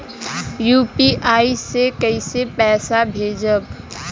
UPI से कईसे पैसा भेजब?